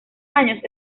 años